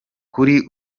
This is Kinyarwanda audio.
kuri